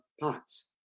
pots